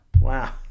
Wow